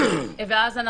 ואז,